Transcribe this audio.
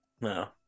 No